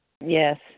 Yes